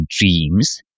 dreams